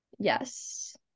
Yes